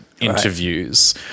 interviews